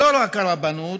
לא דרך הרבנות